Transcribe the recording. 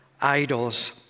idols